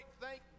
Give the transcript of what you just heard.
Thank